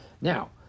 now